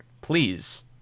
please